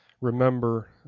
remember